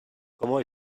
comment